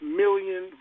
million